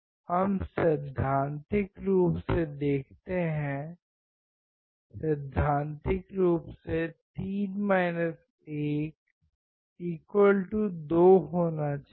हम सैद्धांतिक रूप से देखते हैं सैद्धांतिक रूप से 3 1 2 होना चाहिए